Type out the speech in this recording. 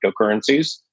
cryptocurrencies